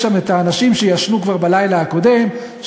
יש שם את האנשים שישנו כבר בלילה הקודם,